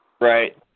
Right